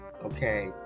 okay